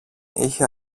είχε